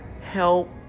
help